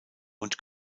und